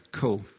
cool